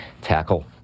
tackle